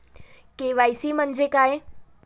KYC म्हंजे काय?